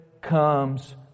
comes